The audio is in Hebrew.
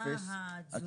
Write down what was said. מה התזוזה מבחינת התאונות?